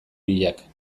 biak